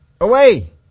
Away